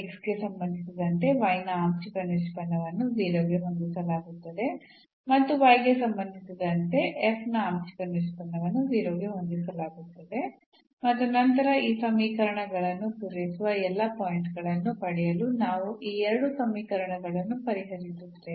x ಗೆ ಸಂಬಂಧಿಸಿದಂತೆ ನ ಆಂಶಿಕ ನಿಷ್ಪನ್ನವನ್ನು 0 ಗೆ ಹೊಂದಿಸಲಾಗುತ್ತದೆ ಮತ್ತು y ಗೆ ಸಂಬಂಧಿಸಿದಂತೆ ನ ಆಂಶಿಕ ನಿಷ್ಪನ್ನವನ್ನು 0 ಗೆ ಹೊಂದಿಸಲಾಗುತ್ತದೆ ಮತ್ತು ನಂತರ ಈ ಸಮೀಕರಣಗಳನ್ನು ಪೂರೈಸುವ ಎಲ್ಲಾ ಪಾಯಿಂಟ್ ಗಳನ್ನು ಪಡೆಯಲು ನಾವು ಈ ಎರಡು ಸಮೀಕರಣಗಳನ್ನು ಪರಿಹರಿಸುತ್ತೇವೆ